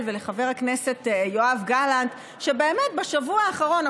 ולחבר הכנסת יואב גלנט שבשבוע האחרון,